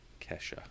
Kesha